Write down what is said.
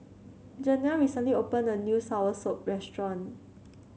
Janell recently opened a new soursop restaurant